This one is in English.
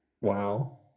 Wow